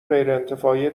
غیرانتفاعی